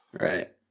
Right